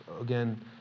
again